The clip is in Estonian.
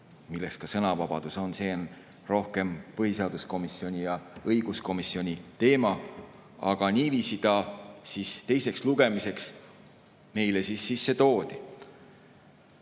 milleks ka sõnavabadus on, see on rohkem põhiseaduskomisjoni ja õiguskomisjoni teema. Aga niiviisi ta siis teiseks lugemiseks meile toodi.